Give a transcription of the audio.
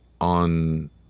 on